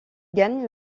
gagne